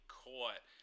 caught